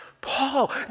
Paul